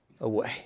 away